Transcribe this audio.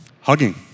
hugging